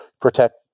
protect